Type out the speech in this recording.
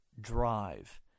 drive